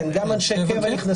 כן גם אנשי קבע נכנסו.